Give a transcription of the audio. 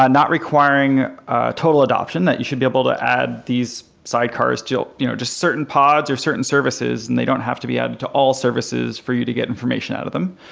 ah not requiring total adoption, that you should be able to add these sidecars, just you know just certain pods or certain services and they don't have to be added to all services for you to get information out of them.